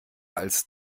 als